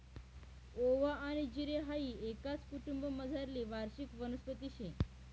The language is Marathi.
ओवा आनी जिरे हाई एकाच कुटुंबमझारली वार्षिक वनस्पती शे